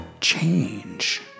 change